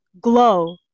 Glow